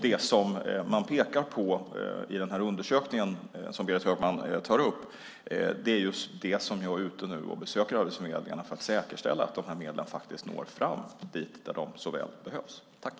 Det man pekar på i den undersökning som Berit Högman tar upp är just det som jag nu gör, nämligen besöker Arbetsförmedlingen i länen för att säkerställa att dessa medel når fram till dem som så väl behöver dem.